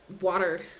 water